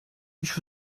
ich